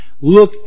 look